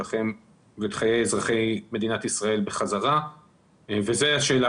החיים שלכם ואת חיי אזרחי מדינת ישראל וזו השאלה